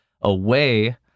away